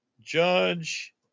Judge